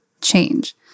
change